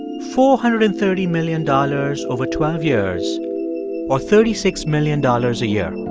four hundred and thirty million dollars over twelve years or thirty six million dollars a year,